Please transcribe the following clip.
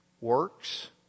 works